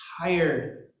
tired